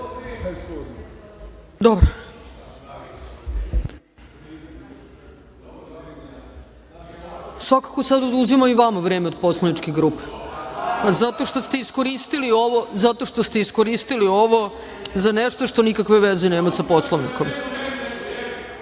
Dobro. Svakako sad oduzimam i vama vreme od poslaničke grupe, zato što ste iskoristili ovo za nešto što nikakve veze nema sa Poslovnikom.(Radomir